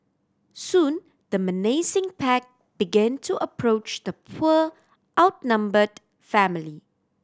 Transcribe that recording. soon the menacing pack began to approach the poor outnumbered family